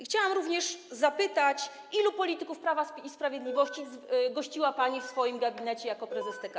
Chciałabym również zapytać, ilu polityków Prawa i Sprawiedliwości gościła pani w swoim gabinecie jako prezes TK.